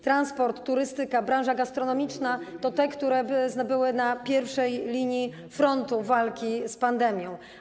Transport, turystyka, branża gastronomiczna - to te, które były na pierwszej linii frontu walki z pandemią.